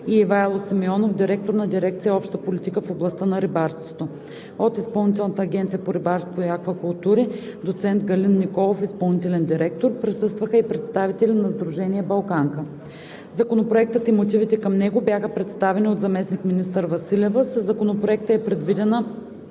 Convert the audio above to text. и Ивайло Симеонов – директор на дирекция „Обща политика в областта на рибарството“; от Изпълнителната агенция по рибарство и аквакултури – доцент Галин Николов – изпълнителен директор. Присъстваха и представители на Сдружение „Балканка“. Законопроектът и мотивите към него бяха представени от заместник-министър Василева. Със Законопроекта е предвидена